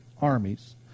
armies